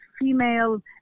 female